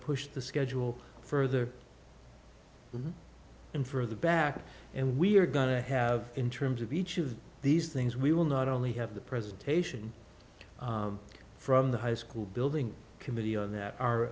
push the schedule further and further back and we're going to have in terms of each of these things we will not only have the presentation from the high school building committee on that